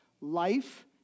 Life